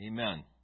Amen